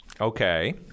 Okay